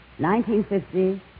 1950